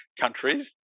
countries